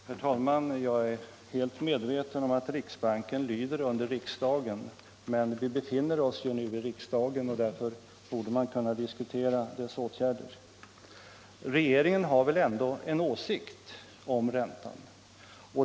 Herr talman! Jag är helt medveten om att riksbanken lyder under riksdagen. Men vi befinner oss ju nu i riksdagen, och därför borde man kunna diskutera dessa åtgärder. | Regceringen har väl ändå en åsikt' om räntan.